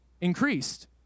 increased